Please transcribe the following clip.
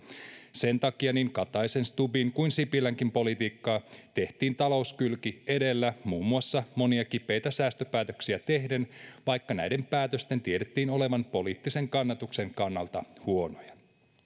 sen takia niin kataisen stubbin kuin sipilänkin politiikkaa tehtiin talouskylki edellä muun muassa monia kipeitä säästöpäätöksiä tehden vaikka näiden päätösten tiedettiin olevan poliittisen kannatuksen kannalta huonoja